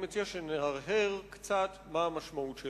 אני מציע שנהרהר קצת מה המשמעות שלה.